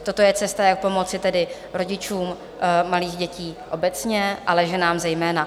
Toto je cesta, jak pomoci tedy rodičům malých dětí obecně, ale ženám zejména.